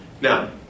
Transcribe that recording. Now